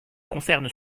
concernent